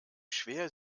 schwer